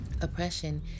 Oppression